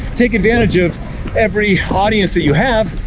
take advantage of every audience that you have.